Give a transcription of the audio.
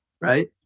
right